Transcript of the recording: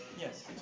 Yes